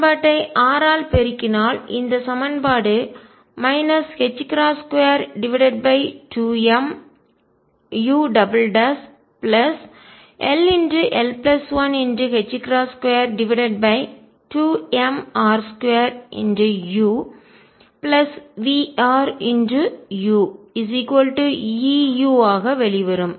சமன்பாட்டை r ஆல் பெருக்கினால் இந்த சமன்பாடு 22m ull122mr2uVruEu ஆக வெளிவரும்